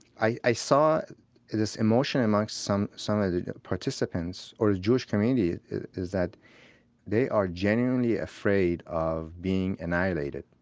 i i saw this emotion amongst some some of the participants or the jewish community is that they are genuinely afraid of being annihilated.